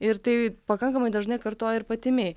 ir tai pakankamai dažnai kartoja ir pati mei